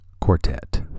Quartet